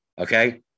Okay